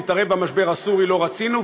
להתערב במשבר הסורי לא רצינו,